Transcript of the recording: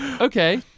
Okay